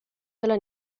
della